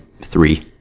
three